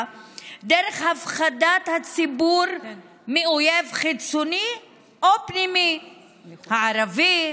דרך הפחדת הציבור מאויב חיצוני או פנימי הערבי,